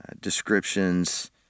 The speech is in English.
descriptions